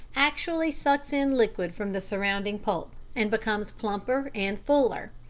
actually sucks in liquid from the surrounding pulp and becomes plumper and fuller.